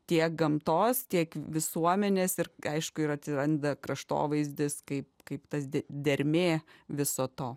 tiek gamtos tiek visuomenės ir aišku ir atsiranda kraštovaizdis kaip kaip tas dermė viso to